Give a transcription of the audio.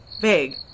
vague